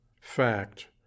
Fact